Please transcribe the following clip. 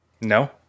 No